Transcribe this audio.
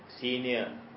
senior